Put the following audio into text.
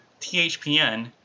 THPN